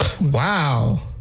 Wow